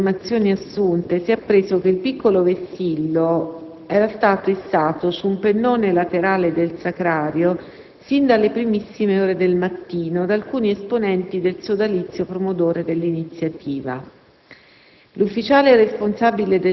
Aquesto riguardo, dalle informazioni assunte si è appreso che il piccolo vessillo era stato issato su un pennone laterale del Sacrario, sin dalle primissime ore del mattino, da alcuni esponenti del sodalizio promotore dell'iniziativa.